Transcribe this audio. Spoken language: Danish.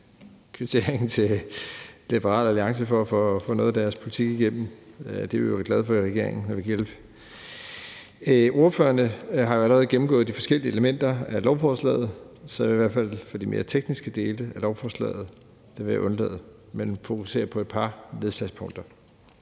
kvittering til Liberal Alliance for at få noget af deres politik igennem. Vi er jo i regeringen glade for det, når vi kan hjælpe. Ordførerne har jo allerede gennemgået de forskellige elementer af lovforslaget, så jeg vil i hvert fald undlade de mere tekniske dele af lovforslaget, men fokusere på et par nedslagspunkter.